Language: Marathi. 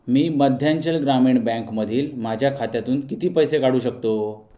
मी मध्यांचल ग्रामीण बँकमधील माझ्या खात्यातून किती पैसे काढू शकतो